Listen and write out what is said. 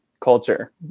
culture